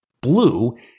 blue